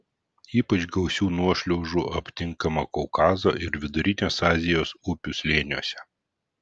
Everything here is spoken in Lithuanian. ypač gausių nuošliaužų aptinkama kaukazo ir vidurinės azijos upių slėniuose